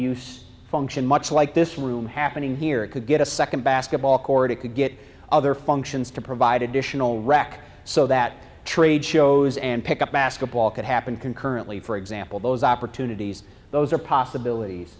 use function much like this room happening here it could get a second basketball court it could get other functions to provide additional rack so that trade shows and pick up basketball could happen concurrently for example those opportunities those are possibilities